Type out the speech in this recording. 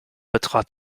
betrat